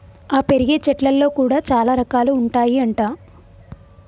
ఆ పెరిగే చెట్లల్లో కూడా చాల రకాలు ఉంటాయి అంట